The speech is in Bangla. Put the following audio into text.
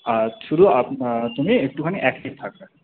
আর শুধু তুমি একটুখানি অ্যাক্টিভ থাকবে